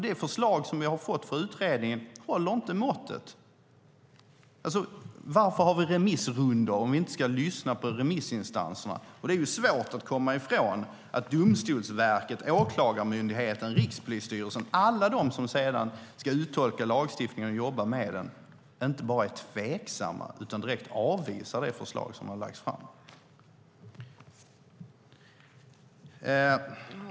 Det förslag som vi har fått från utredningen håller inte måttet. Varför har vi remissrundor om vi inte ska lyssna på remissinstanserna? Det är svårt att komma ifrån att Domstolsverket, Åklagarmyndigheten och Rikspolisstyrelsen - alla de som sedan ska uttolka lagstiftningen och jobba med den - inte bara är tveksamma utan direkt avvisar det förslag som har lagts fram.